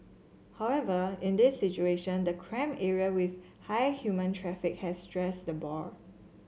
however in this situation the cramp area with high human traffic has stressed the boar